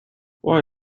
why